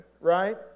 right